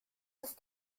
ist